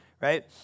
right